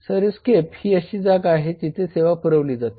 servicescape ही अशी जागा आहे जिथे सेवा पुरवली जाते